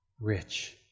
Rich